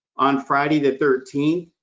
on friday the thirteenth,